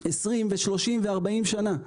20-40 שנים.